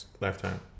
lifetime